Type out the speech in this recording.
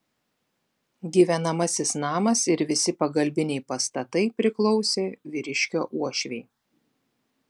gyvenamasis namas ir visi pagalbiniai pastatai priklausė vyriškio uošvei